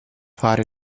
fare